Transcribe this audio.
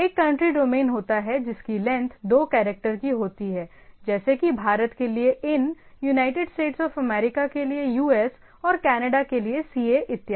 एक country domain होता है जिसकी लेंथ दो कैरेक्टर की होती है जैसे कि भारत के लिए 'in'यूनाइटेड स्टेट्स ऑफ अमेरिका के लिए us और कनाडा के लिए ca इत्यादि